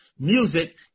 Music